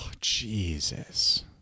Jesus